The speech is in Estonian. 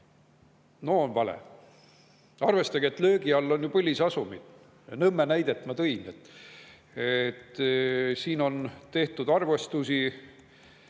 on vale. Arvestage, et löögi all on ju põlisasumid. Nõmme näite ma tõin. On tehtud arvestusi,